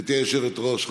גברתי היושבת-ראש,